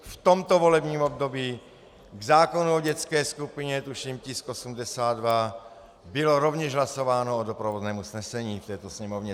V tomto volebním období k zákonu o dětské skupině, tuším tisk 82, bylo rovněž hlasováno o doprovodném usnesení v této Sněmovně.